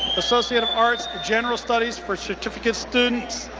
associate of arts, general studies for certificate students.